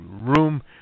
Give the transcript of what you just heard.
room